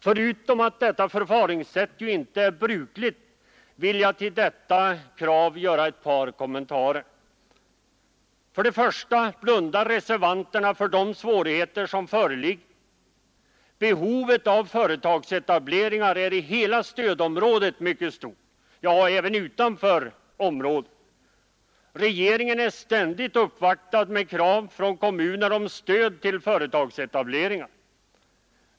Förutom att detta förfaringssätt inte är brukligt vill jag göra ett par kommentarer till detta krav. Reservanterna blundar för de svårigheter som föreligger. Behovet av företagsetablering är i hela stödområdet mycket stort — ja, även utanför stödområdet. Regeringen uppvaktas ständigt av kommuner med krav på stöd till företagsetableringar.